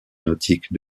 nautique